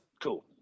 cool